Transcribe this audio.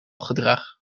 gedrag